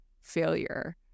failure